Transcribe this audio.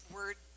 Word